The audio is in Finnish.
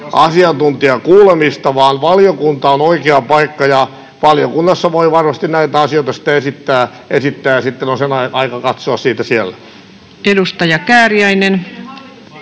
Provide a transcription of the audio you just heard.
asiantuntijakuulemista, vaan valiokunta on oikea paikka. Valiokunnassa voi varmasti näitä asioita esittää, ja sitten on aika katsoa sitä siellä. [Speech